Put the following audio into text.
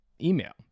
email